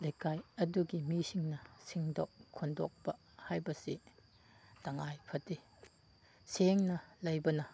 ꯂꯩꯀꯥꯏ ꯑꯗꯨꯒꯤ ꯃꯤꯁꯤꯡꯅ ꯁꯦꯡꯗꯣꯛ ꯈꯣꯠꯇꯣꯛꯄ ꯍꯥꯏꯕꯁꯤ ꯇꯉꯥꯏ ꯐꯗꯦ ꯁꯦꯡꯅ ꯂꯩꯕꯅ